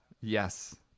Yes